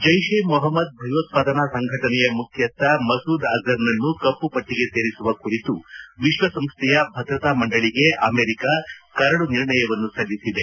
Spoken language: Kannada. ಜೈಷ್ ಎ ಮೊಹಮ್ಮದ್ ಭಯೋತ್ಪಾದನಾ ಸಂಘಟನೆಯ ಮುಖ್ಯಸ್ಥ ಮಸೂದ್ ಅಜರ್ನನ್ನು ಕಪ್ಪು ಪಟ್ಟಿಗೆ ಸೇರಿಸುವ ಕುರಿತು ವಿಶ್ವಸಂಸ್ಥೆಯ ಭದ್ರತಾ ಮಂಡಳಿಗೆ ಅಮೆರಿಕ ಕರಡು ನಿರ್ಣಯವನ್ನು ಸಲ್ಲಿಸಿದೆ